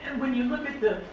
when you look at the